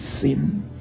sin